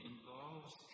involves